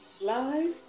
live